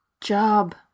Job